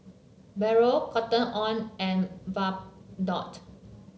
Barrel Cotton On and Bardot